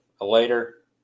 later